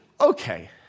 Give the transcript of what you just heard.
okay